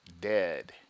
dead